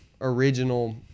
original